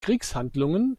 kriegshandlungen